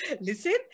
listen